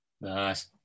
Nice